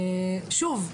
שוב,